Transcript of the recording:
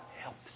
helps